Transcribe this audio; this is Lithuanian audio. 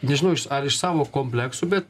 nežinau ar iš savo kompleksų bet